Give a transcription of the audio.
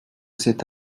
cet